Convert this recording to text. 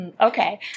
okay